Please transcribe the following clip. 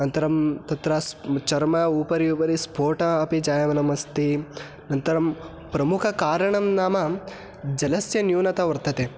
अनन्तरं तत्र स् चर्मोपरि उपरि स्फोटः अपि जायमनमस्ति अनन्तरं प्रमुखकारणं नाम जलस्य न्यूनता वर्तते